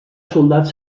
soldat